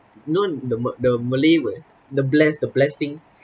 you know the ma~ the malay word the bless the bless thing